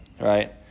right